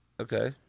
Okay